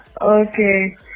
Okay